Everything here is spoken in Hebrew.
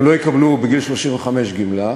הם לא יקבלו בגיל 35 גמלה,